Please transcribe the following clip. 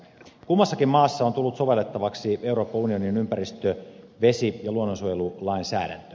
kummassakin maassa on tullut sovellettavaksi euroopan unionin ympäristö vesi ja luonnonsuojelulainsäädäntö